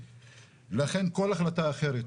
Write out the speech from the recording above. לכן כל החלטה אחרת